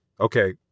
Okay